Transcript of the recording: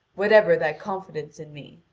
whatever thy confidence in me,